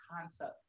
concept